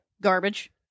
Garbage